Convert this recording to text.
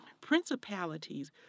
Principalities